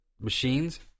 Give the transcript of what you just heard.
machines